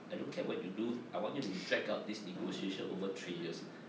I don't care what you do I want you to drag out this negotiation over three years